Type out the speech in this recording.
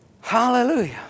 Hallelujah